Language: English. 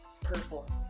Purple